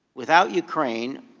without ukraine,